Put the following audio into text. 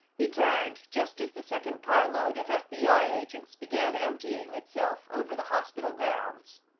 he turned just as the second carload of fbi agents began emptying itself over the hospital grounds.